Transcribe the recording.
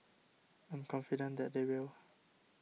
I'm confident that they will